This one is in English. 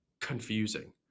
confusing